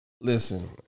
Listen